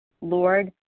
Lord